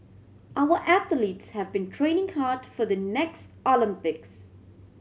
our athletes have been training hard for the next Olympics